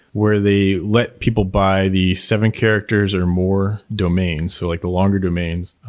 where they let people buy the seven characters or more domains, so like the longer domains.